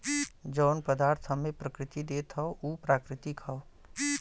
जौन पदार्थ हम्मे प्रकृति देत हौ उ प्राकृतिक हौ